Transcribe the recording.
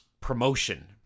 promotion